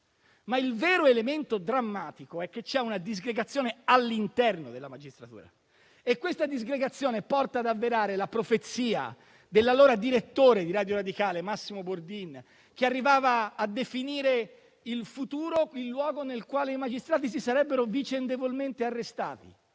Il vero elemento drammatico però è che c'è una disgregazione all'interno della magistratura, che porta ad avverarsi la profezia dell'allora direttore di Radio radicale Massimo Bordin, che arrivava a definire il futuro il luogo nel quale i magistrati si sarebbero vicendevolmente arrestati.